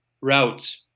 routes